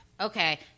Okay